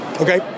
Okay